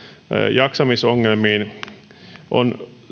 jaksamisongelmiin on